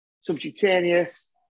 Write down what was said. subcutaneous